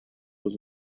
was